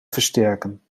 versterken